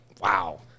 wow